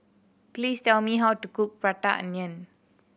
please tell me how to cook Prata Onion